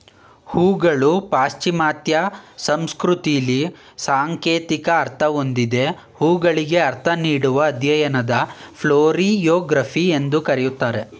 ಹೂಗಳು ಪಾಶ್ಚಿಮಾತ್ಯ ಸಂಸ್ಕೃತಿಲಿ ಸಾಂಕೇತಿಕ ಅರ್ಥ ಹೊಂದಿವೆ ಹೂಗಳಿಗೆ ಅರ್ಥ ನೀಡುವ ಅಧ್ಯಯನನ ಫ್ಲೋರಿಯೊಗ್ರಫಿ ಅಂತ ಕರೀತಾರೆ